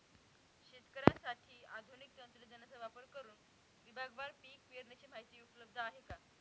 शेतकऱ्यांसाठी आधुनिक तंत्रज्ञानाचा वापर करुन विभागवार पीक पेरणीची माहिती उपलब्ध आहे का?